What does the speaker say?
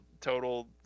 total